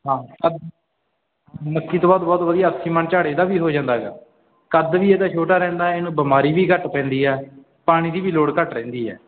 ਹਾਂ ਮੱਕੀ ਤੋਂ ਬਾਅਦ ਬਹੁਤ ਵਧੀਆ ਅੱਸੀ ਮਣ ਝਾੜ ਇਹਦਾ ਵੀ ਹੋ ਜਾਂਦਾ ਹੈਗਾ ਕੱਦ ਵੀ ਇਹਦਾ ਛੋਟਾ ਰਹਿੰਦਾ ਇਹਨੂੰ ਬਿਮਾਰੀ ਵੀ ਘੱਟ ਪੈਂਦੀ ਆ ਪਾਣੀ ਦੀ ਵੀ ਲੋੜ ਘੱਟ ਰਹਿੰਦੀ ਹੈ